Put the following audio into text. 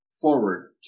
forward